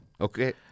Okay